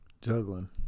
Juggling